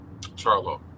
Charlo